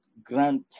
grant